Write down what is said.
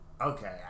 Okay